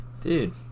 Dude